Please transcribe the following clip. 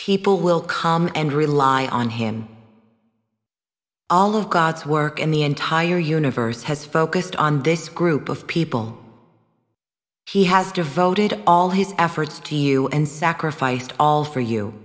people will come and rely on him all of god's work and the entire universe has focused on this group of people he has devoted all his efforts to you and sacrificed all for you